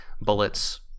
bullets